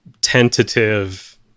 tentative